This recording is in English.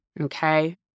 okay